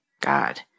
God